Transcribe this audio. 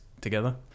together